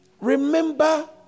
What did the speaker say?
remember